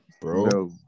bro